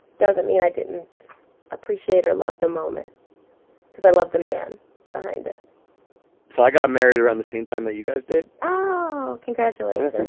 doesn't mean i didn't appreciate or love the moment because i love the man behind it so i got married around the same time that you guys did. oh congratulations. and